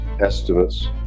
estimates